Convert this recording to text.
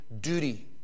duty